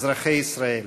אזרחי ישראל,